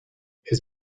his